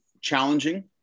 challenging